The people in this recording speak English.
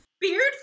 Beard